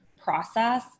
process